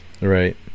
right